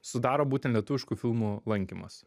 sudaro būten lietuviškų filmų lankymas